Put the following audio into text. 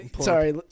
Sorry